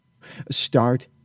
start